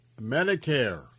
Medicare